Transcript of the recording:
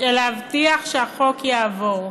כדי להבטיח שהחוק יעבור.